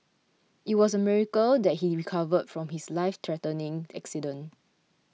it was a miracle that he recovered from his life threatening accident